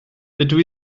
dydw